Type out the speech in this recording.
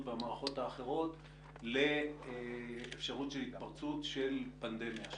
והמערכות האחרות לאפשרות התפרצות של פנדמיה,